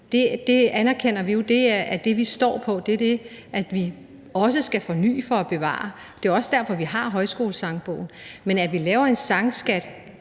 Det anerkender vi jo. Det er det, vi står på. Det er det, vi også skal forny for at bevare. Det er også derfor, vi har Højskolesangbogen. Men at vi laver en sangskat